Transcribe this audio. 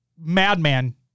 Madman